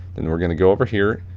then we're going to go over here,